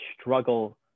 struggle